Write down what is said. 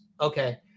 Okay